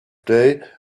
day